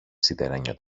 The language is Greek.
σιδερένιο